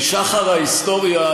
משחר ההיסטוריה,